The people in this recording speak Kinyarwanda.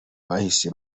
bahise